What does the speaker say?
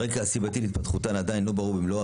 הרקע הסיבתי להתפתחותן עדיין לא ברור במלואו,